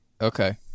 Okay